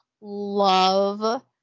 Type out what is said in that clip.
love